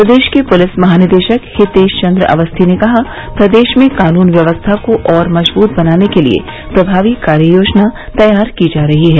प्रदेश के पुलिस महानिदेशक हितेश चन्द्र अवस्थी ने कहा प्रदेश में क़ानून व्यवस्था को और मज़बूत बनाने के लिए प्रभावी कार्ययोजना तैयार की जा रही है